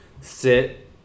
sit